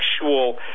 sexual